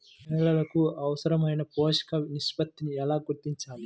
నేలలకు అవసరాలైన పోషక నిష్పత్తిని ఎలా గుర్తించాలి?